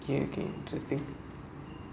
you again interesting